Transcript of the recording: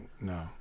no